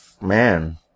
man